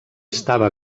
estava